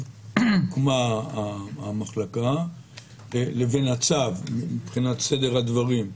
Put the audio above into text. הוקמה המחלקה לבין הצו מבחינת סדר הדברים.